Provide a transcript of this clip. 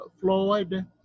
Floyd